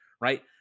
right